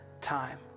time